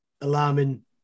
alarming